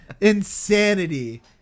insanity